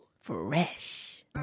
Fresh